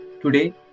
today